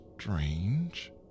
strange